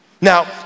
Now